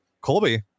Colby